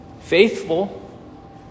faithful